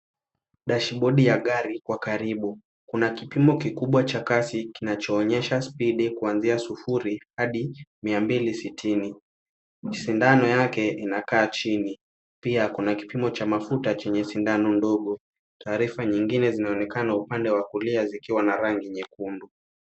Dashibodi ya gari kwa karibu. Kuna kipimo kikubwa cha kasi kinacho onyesha spidi kuanzia sufuri adi mia mbili sitini. Sindano yake inakaa chini pia kuna kipimo cha mafuta chenye sindano ndogo. Taarifa nyingine zinaonekana kwenye upande wa kulia zikiwa na rangi nyekundu.